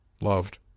Loved